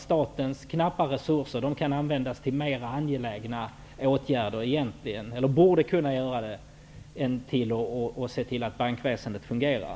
Statens knappa resurser borde kunna användas till mer angelägna åtgärder än till att se till att bankväsendet fungerar.